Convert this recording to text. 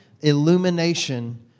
illumination